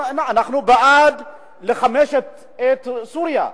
אנחנו בעד לחמש את סוריה,